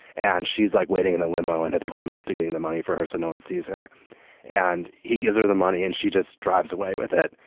and she's like waiting in a limo and it's put him up to getting the money for her so no one sees her and he gives her the money and she just drives away with it.